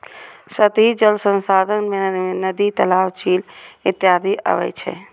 सतही जल संसाधन मे नदी, तालाब, झील इत्यादि अबै छै